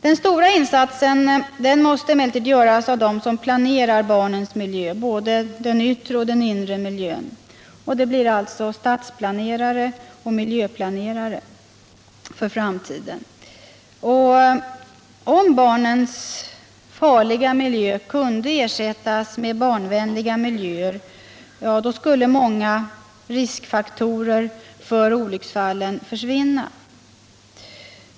Den stora insatsen måste emellertid göras av dem som planerar barnens miljö, både den yttre och den inre miljön, för framtiden, dvs. stadsplanerare och miljöplanerare. Om barnens farliga miljö kunde ersättas med barnvänliga miljöer skulle många riskfaktorer för olycksfall försvinna.